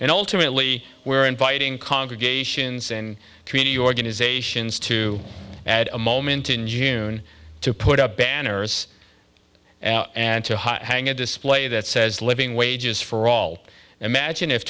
and ultimately we're inviting congregations and community organizations to add a moment in june to put up banners and to hang a display that says living wages for all imagine if